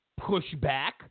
pushback